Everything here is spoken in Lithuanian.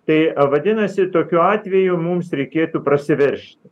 tai vadinasi tokiu atveju mums reikėtų prasiveržti